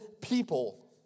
people